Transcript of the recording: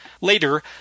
Later